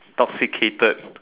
toxicated